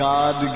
God